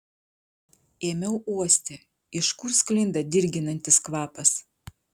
ėmiau uosti iš kur sklinda dirginantis kvapas